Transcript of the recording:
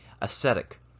ascetic